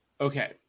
Okay